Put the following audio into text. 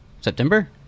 september